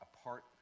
apart